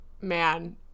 man